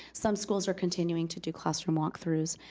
some schools are continuing to do classroom walkthroughs,